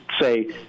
say